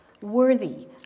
worthy